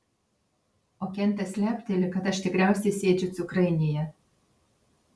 o kentas lepteli kad aš tikriausiai sėdžiu cukrainėje